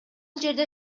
жерде